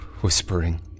whispering